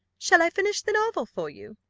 shall i finish the novel for you?